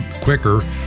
quicker